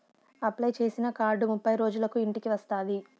apply చేసిన card ముప్పై రోజులకు ఇంటికి వస్తాది